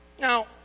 Now